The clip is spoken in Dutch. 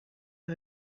van